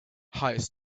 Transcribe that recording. hires